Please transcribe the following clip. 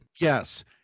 Yes